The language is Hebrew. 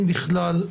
אם בכלל,